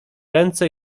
ręce